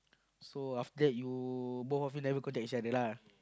so after that you both of you never contact each other lah